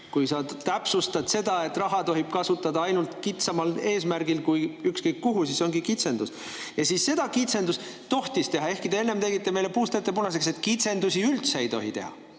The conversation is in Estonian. kui sa täpsustad, et raha tohib kasutada kitsamal eesmärgil kui ükskõik kuhu. See ongi kitsendus. Seda kitsendust tohtis teha, ehkki te enne tegite meile puust ja punaseks, et kitsendusi üldse ei tohi teha.